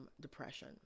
depression